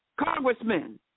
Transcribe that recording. congressmen